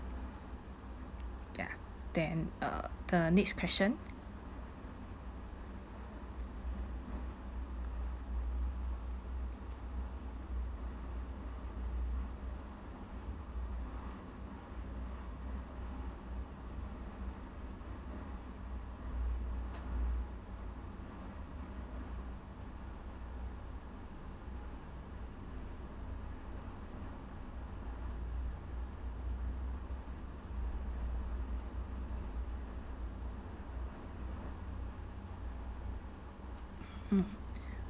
ya then uh the next question mm